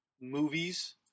movies